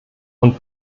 und